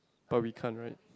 but we can't right